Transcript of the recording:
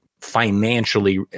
financially